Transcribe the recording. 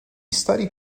studied